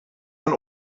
ein